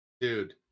Dude